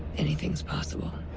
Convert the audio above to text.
anything's possible.